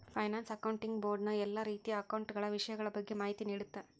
finance accounting board ನ ಎಲ್ಲಾ ರೀತಿಯ ಅಕೌಂಟ ಗಳ ವಿಷಯಗಳ ಬಗ್ಗೆ ಮಾಹಿತಿ ನೀಡುತ್ತ